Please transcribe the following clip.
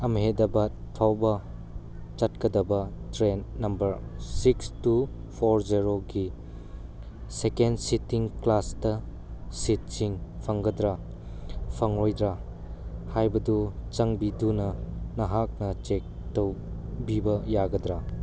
ꯑꯍꯃꯦꯗꯕꯥꯠ ꯐꯥꯎꯕ ꯆꯠꯀꯗꯕ train number six two four ꯖꯦꯔꯣꯒꯤ ꯁꯦꯀꯦꯟ ꯁꯤꯠꯇꯤꯡ ꯀ꯭ꯂꯥꯁꯇ ꯁꯤꯠꯁꯤꯡ ꯐꯪꯒꯗ꯭ꯔꯥ ꯐꯪꯂꯣꯏꯗ꯭ꯔꯥ ꯍꯥꯏꯕꯗꯨ ꯆꯥꯟꯕꯤꯗꯨꯅ ꯅꯍꯥꯛꯅ ꯆꯦꯛ ꯇꯧꯕꯤꯕ ꯌꯥꯒꯗ꯭ꯔ